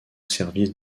service